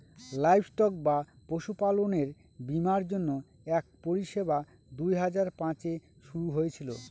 livestock বা পশুপালনের বীমার জন্য এক পরিষেবা দুই হাজার পাঁচে শুরু হয়েছিল